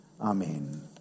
amen